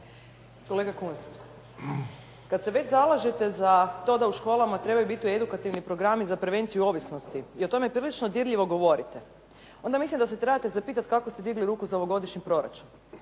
Kolega Kunst, kad se već zalažete za to da u školama trebaju biti tu edukativni programi za prevenciju ovisnosti i o tome prilično dirljivo govorite, onda mislim da se trebate zapitati kako ste digli ruku za ovogodišnji proračun.